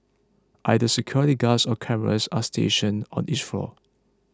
either security guards or cameras are stationed on each floor